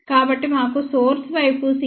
కాబట్టి మాకు సోర్స్ వైపు c gs విలువ 0